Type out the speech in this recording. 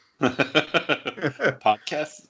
Podcast